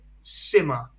simmer